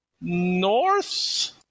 north